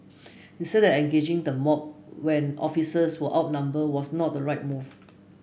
he said that engaging the mob when officers were outnumbered was not the right move